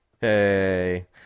Hey